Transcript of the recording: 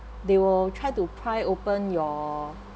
they will try to pry open your